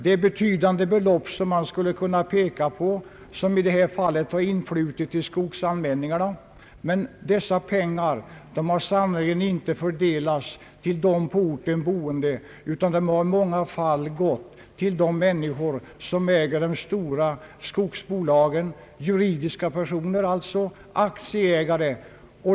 Det är betydande belopp som i dessa fall har influtit till skogsallmänningarna, men dessa pengar har sannerligen inte fördelats till dem som bor på orten, utan pengarna har gått till de stora skogsbolagen, alltså juridiska per soner, och till aktieägarna.